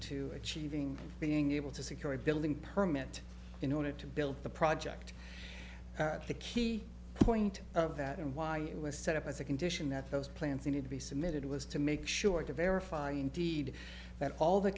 to achieving being able to secure a building permit in order to build the project the key point of that and why it was set up as a condition that those plants need to be submitted was to make sure to verify indeed that all the